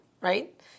right